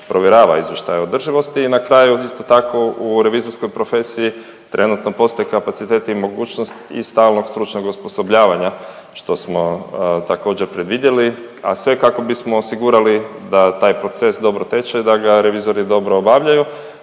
provjerava izvještaj o održivosti. I na kraju isto tako u revizorskoj profesiji trenutno postoji kapaciteti i mogućnost i stalnog stručnog osposobljavanja što smo također predvidjeli, a sve kako bismo osigurali da taj proces dobro teče i da ga revizori dobo obavljaju.